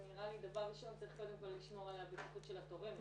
נראה לי דבר ראשון צריך קודם כול לשמור על הבטיחות של התורמת.